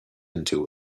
into